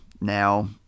now